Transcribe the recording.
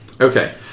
Okay